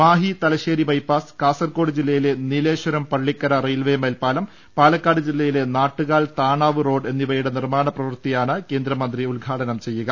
Mahe Thalassery bypass Kasaragod ജില്ലയിലെ Nileshwaram Pallikkara railway മേൽപ്പാലം പാലക്കാട് ജില്ലയിലെ നാട്ടുകാൽ താണാവ് റോഡ് എന്നിവയുടെ നിർമാണ പ്രവൃത്തിയാണ് കേന്ദ്ര മന്ത്രി ഉദ്ഘാടനം ചെയ്യുക